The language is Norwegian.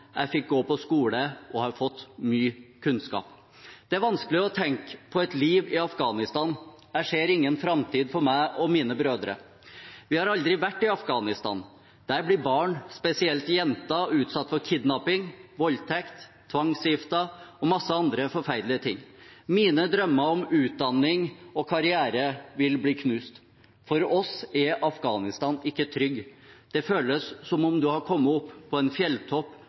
Jeg fikk gå på skole og har fått mye kunnskap. Det er vanskelig å tenke på et liv i Afghanistan. Jeg ser ingen fremtid for meg og mine brødre. Vi har aldri vært i Afghanistan. Der blir barn, spesielt jenter, utsatt for kidnapping, voldtekt, tvangsgiftet og masse andre forferdelige ting. Mine drømmer om utdanning og karriere vil bli knust. For oss er Afghanistan ikke trygg. Det føles som om du har kommet opp på en fjelltopp,